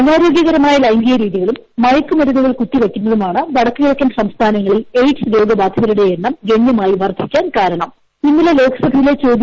അനാരോഗ്യകരമായ ലൈംഗിക രീതികളും മയക്ക്മരുന്നുകൾ കുത്തിവയ്ക്കുന്നതുമാണ് വടക്ക് കിഴക്കൻ സംസ്ഥാനങ്ങളിൽ എയ്ഡ്സ് രോഗ ബാധിതരുടെ എണ്ണം ഗണ്യമായി ഇന്നലെ ലോക്സഭയിലെ വർദ്ധിക്കാൻ കാരണം